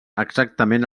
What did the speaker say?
exactament